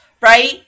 right